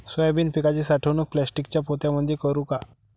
Soybean पिकाची साठवणूक प्लास्टिकच्या पोत्यामंदी करू का?